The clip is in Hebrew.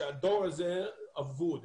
שהדור הזה אבוד,